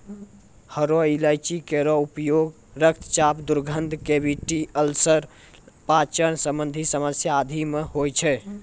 हरो इलायची केरो उपयोग रक्तचाप, दुर्गंध, कैविटी अल्सर, पाचन संबंधी समस्या आदि म होय छै